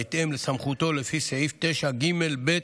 בהתאם לסמכותו לפי סעיף 9 ג(ב)